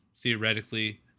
theoretically